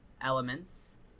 elements